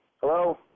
Hello